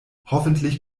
hoffentlich